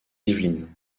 yvelines